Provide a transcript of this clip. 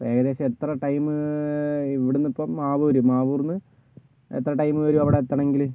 ഏകദേശം എത്ര ടൈമ് ഇവിടുന്ന് ഇപ്പം മാവൂര് മാവൂരിൽ നിന്ന് എത്ര ടൈം വരും അവിടെ എത്തണമെങ്കിൽ